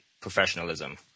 professionalism